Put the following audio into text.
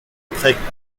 très